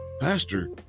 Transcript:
pastor